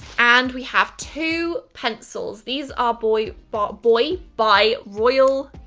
and we have two pencils. these are boy but boy? by royal.